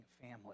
family